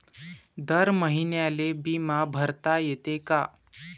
दर महिन्याले बिमा भरता येते का?